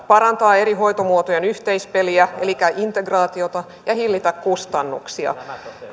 parantaa eri hoitomuotojen yhteispeliä elikkä integraatiota ja hillitä kustannuksia